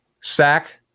Sack